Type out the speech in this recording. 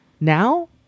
Now